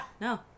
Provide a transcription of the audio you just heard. No